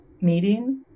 meeting